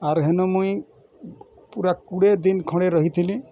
ଆର୍ ହେନୁ ମୁଇଁ ପୁରା କୋଡ଼ିଏ ଦିନ ଖଣ୍ଡେ ରହିଥିଲି